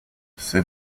c’est